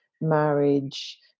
marriage